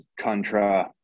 contra